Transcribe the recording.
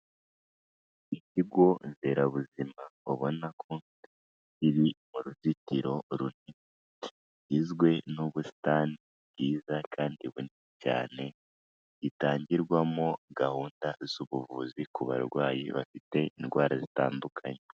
Ikigo nderabuzima ubona ko kiri mu ruzitiro rugizwe n'ubusitani bwiza kandi bunini cyane, gitangirwamo gahunda z'ubuvuzi ku barwayi bafite indwara zitandukanye.